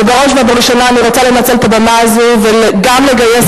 ובראש ובראשונה אני רוצה לנצל את הבמה הזו וגם לגייס